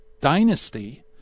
dynasty